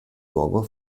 luogo